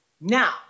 Now